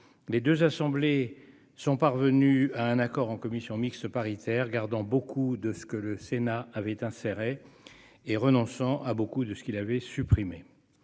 Les deux assemblées sont parvenues à un accord en commission mixte paritaire, gardant beaucoup de ce que le Sénat avait inséré et renonçant à beaucoup de ce qu'il avait supprimé.